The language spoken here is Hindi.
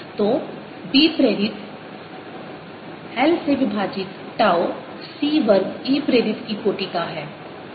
Binduced l1c2Einduced तो B प्रेरित l से विभाजित टाउ C वर्ग E प्रेरित की कोटि का है